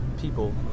people